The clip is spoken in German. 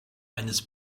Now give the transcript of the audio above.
eines